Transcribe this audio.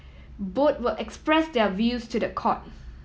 both will express their views to the court